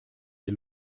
des